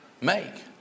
make